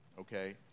okay